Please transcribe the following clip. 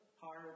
hard